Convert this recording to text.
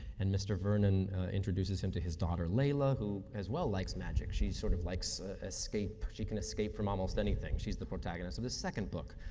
and mr. vernon introduces him to his daughter leila, who as well likes magic. she sort of likes escape. she can escape from almost anything. she's the protagonist of the second book.